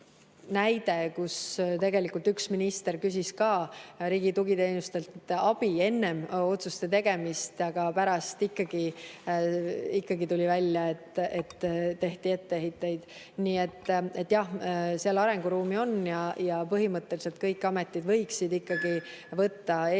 see näide, et üks minister küsis ka riigi tugiteenustelt abi enne otsuste tegemist, aga pärast ikkagi tuli välja, et tehti etteheiteid. Nii et jah, seal arenguruumi on. Ja põhimõtteliselt kõik ametid võiksid võtta eesmärgiks